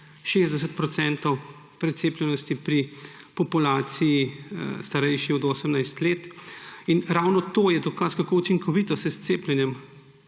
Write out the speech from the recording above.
precepljenosti pri populaciji, starejši od 18 let, in ravno to je dokaz, kako učinkovito se s cepljenjem